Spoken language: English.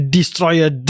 Destroyer